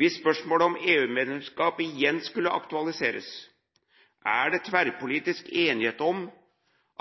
Hvis spørsmålet om EU-medlemskap igjen skulle aktualiseres, er det tverrpolitisk enighet om